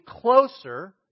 closer